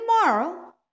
tomorrow